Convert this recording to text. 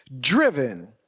driven